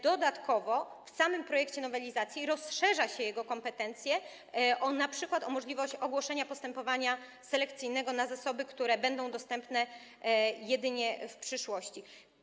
Dodatkowo w samym projekcie nowelizacji rozszerza się jego kompetencje np. o możliwość ogłoszenia postępowania selekcyjnego w sprawie zasobów, które będą dostępne jedynie w przyszłości.